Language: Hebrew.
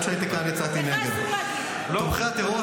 אם את נגד להעביר כסף לחמאס או להעביר כסף לתומכי טרור -- ברור.